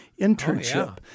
internship